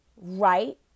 right